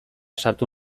sartu